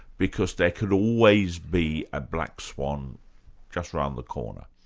because there could always be a black swan just around the corner.